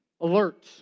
alert